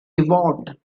evolved